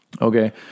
Okay